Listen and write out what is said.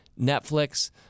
Netflix